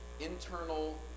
internal